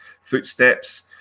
footsteps